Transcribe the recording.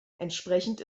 entsprechend